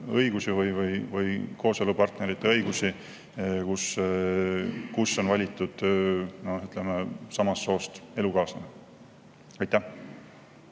või kooselupartnerite õigusi, kus on valitud samast soost elukaaslane. Aitäh